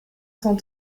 cent